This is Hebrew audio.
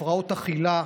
הפרעות אכילה,